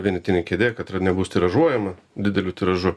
vienetinė kėdė katra nebus tiražuojama dideliu tiražu